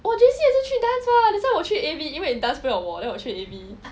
我 J_C 也是去 dance [what] that's why 我去 A_V 因为 dance 不要我 then 我去 A_V